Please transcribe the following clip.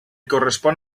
correspon